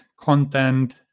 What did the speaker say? content